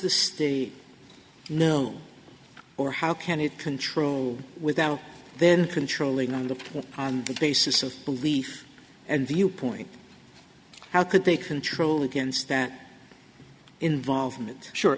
the state know or how can it control without then controlling on the basis of belief and viewpoint how could they control against that involvement sure